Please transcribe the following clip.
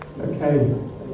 Okay